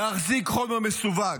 להחזיק חומר מסווג,